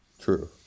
True